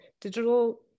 digital